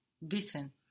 Wissen